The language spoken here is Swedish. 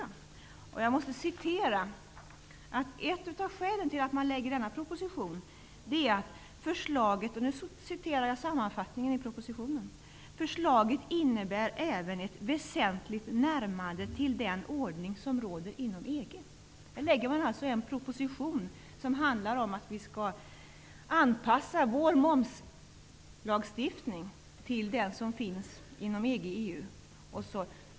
Av sammanfattningen i propositionen framgår att ett av skälen till att denna proposition har lagts fram är att förslaget innebär ett väsentligt närmande till den ordning som råder inom EG. Här läggs en proposition fram som handlar om att vi i Sverige skall anpassa vår momslagstiftning till den som finns inom EG/EU.